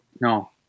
no